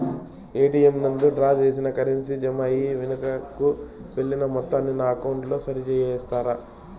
ATM నందు draw చేసిన currency జామ అయి వెనుకకు వెళ్లిన మొత్తాన్ని నా అకౌంట్ లో సరి చేస్తారా?